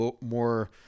more